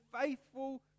faithful